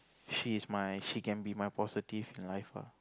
she is my she can be my positive in life ah